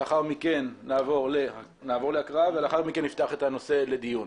לאחר מכן נעבור להקראה ולאחר מכן נפתח את הנושא לדיון.